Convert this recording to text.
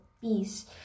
peace